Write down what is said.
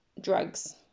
drugs